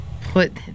put